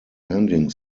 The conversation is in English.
ending